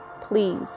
Please